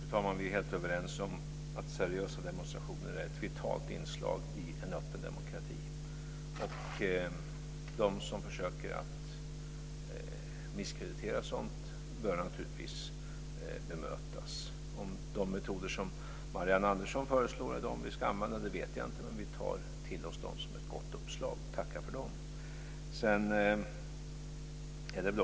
Fru talman! Vi är helt överens om att seriösa demonstrationer är ett vitalt inslag i en öppen demokrati. De som försöker att misskreditera sådant bör naturligtvis bemötas. Om de metoder som Marianne Andersson föreslår är de vi ska använda vet jag inte, men vi tar till oss dem som ett gott uppslag. Vi tackar för dem.